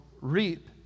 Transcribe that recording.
reap